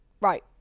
Right